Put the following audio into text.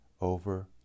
over